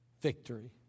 victory